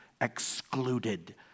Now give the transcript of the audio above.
excluded